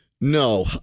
No